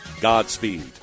Godspeed